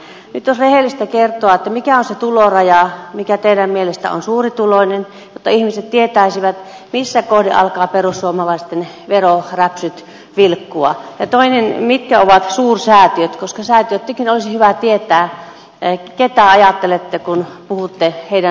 nyt olisi rehellistä kertoa mikä on se tuloraja mikä teidän mielestänne on suurituloinen jotta ihmiset tietäisivät missä kohden alkavat perussuomalaisten veroräpsyt vilkkua ja toiseksi mitkä ovat suursäätiöt koska säätiöittenkin olisi hyvä tietää ketä ajattelette kun puhutte heidän verottamisestaan